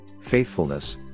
faithfulness